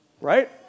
Right